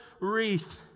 wreath